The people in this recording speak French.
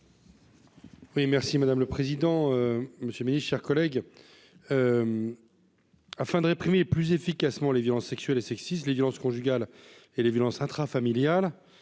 merci madame le président monsieur Ministre, chers collègues, afin de réprimer plus efficacement les violences sexuelles et sexistes, les violences conjugales et les violences intra-familiales,